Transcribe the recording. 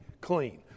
clean